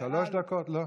לא.